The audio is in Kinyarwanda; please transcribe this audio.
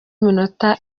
iminota